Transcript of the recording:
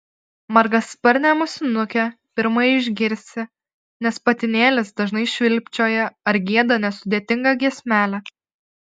margasparnę musinukę pirma išgirsi nes patinėlis dažnai švilpčioja ar gieda nesudėtingą giesmelę